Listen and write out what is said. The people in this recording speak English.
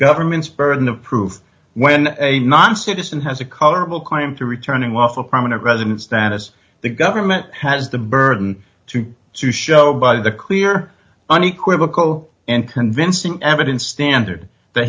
government's burden of proof when a non citizen has a colorable claim to returning off a permanent resident status the government has the burden to to show by the clear unequivocal and convincing evidence standard that